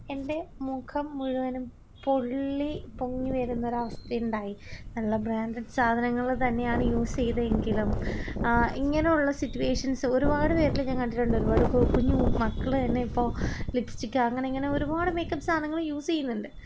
എൻ്റെ മുഖം മുഴുവനും പൊള്ളി പൊങ്ങിവരുന്നൊരു അവസ്ഥയുണ്ടായി നല്ല ബ്രാൻഡഡ് സാധനങ്ങൾ തന്നെയാണ് യൂസീതെ എങ്കിലും ഇങ്ങനെയുള്ള സിറ്റുവേഷൻസ് ഒരുപാട് പേരില് ഞാന് കണ്ടിട്ടുണ്ട് ഒരുപാട് കു കുഞ്ഞു മക്കള്തന്നെ ഇപ്പോള് ലിപ്സ്റ്റിക്ക് അങ്ങനെയിങ്ങനെ ഒരുപാട് മേക്കപ്പ് സാധനങ്ങള് യൂസേയ്ന്ന്ണ്ട്